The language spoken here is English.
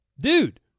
dude